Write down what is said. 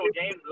games